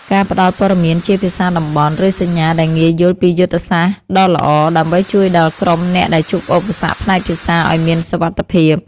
ការផ្តល់ព័ត៌មានជាភាសាតំបន់ ឬសញ្ញាដែលងាយយល់គឺជាយុទ្ធសាស្ត្រដ៏ល្អ ដើម្បីជួយដល់ក្រុមអ្នកដែលជួបឧបសគ្គផ្នែកភាសាឱ្យមានសុវត្ថិភាព។